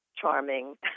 charming